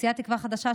סיעת תקווה חדשה,